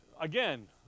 Again